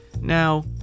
Now